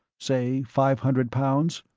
say, five hundred pounds.